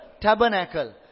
tabernacle